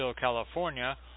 California